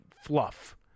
fluff